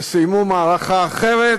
וסיימו מערכה אחרת